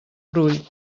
brull